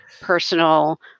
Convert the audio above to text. personal